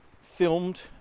filmed